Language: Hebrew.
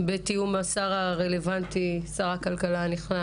בתיאום עם השר הרלוונטי, שר הכלכלה הנכנס.